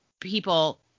people